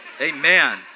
Amen